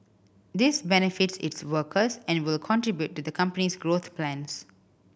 this benefits its workers and will contribute to the company's growth plans